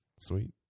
sweet